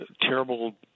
terrible